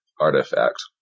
artifact